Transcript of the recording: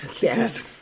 Yes